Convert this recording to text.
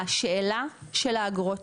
השאלה של האגרות,